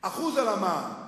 1% על המע"מ,